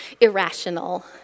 irrational